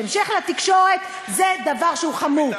בהמשך לתקשורת, זה דבר שהוא חמור.